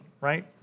right